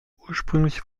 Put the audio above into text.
ursprünglich